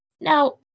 Now